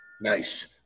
Nice